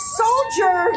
soldier